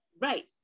right